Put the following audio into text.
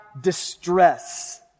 distress